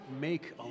make